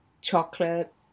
chocolate